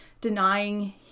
denying